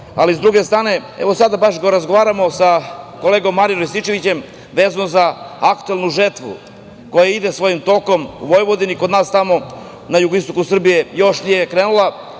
redu. Sa druge strane, evo baš razgovaram sa kolegom Marjanom Rističevićem vezano za aktuelnu žetvu koja ide svojim tokom u Vojvodini. Kod nas tamo na jugoistoku Srbije još nije krenula,